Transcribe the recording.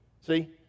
See